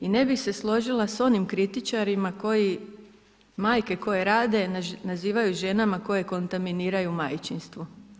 I ne bih se složila s onim kritičarima koji majke koje rade nazivaju ženama koje kontaminiraju majčinstvo.